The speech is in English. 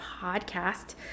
podcast